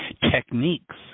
techniques